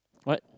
what